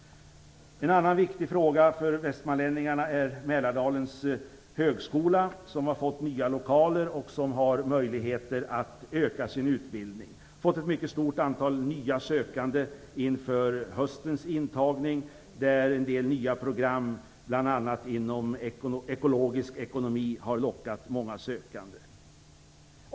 En annan viktig fråga för västmanlänningarna är Mälardalens högskola som har fått nya lokaler och som har möjligheter att utöka sin utbildning. Den fick ett mycket stort antal nya sökande inför höstens intagning. En del nya program inom bl.a. ekologisk ekonomi lockade många sökande.